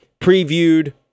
previewed